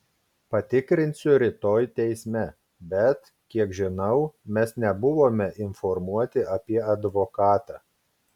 patikrinsiu rytoj teisme bet kiek žinau mes nebuvome informuoti apie advokatą